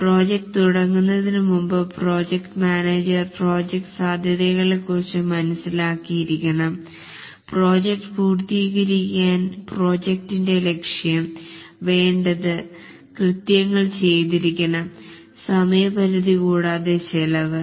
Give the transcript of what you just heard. project തുടങ്ങു്ന്നതിനു മുൻപ് project manager project സാധ്യതകളെ കുറിച്ച് മനസിലാക്കിയിരിക്കണംപ്രോജക്ട് പൂർത്തീകരിക്കാൻ പ്രോജക്ടിന്റെ ലക്ഷ്യം വേണ്ടത് കൃത്യങ്ങൾ ചെയ്തിരിക്കണം സമയപരിധി കൂടാതെ ചെലവ്